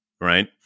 Right